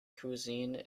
cuisine